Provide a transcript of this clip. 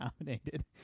nominated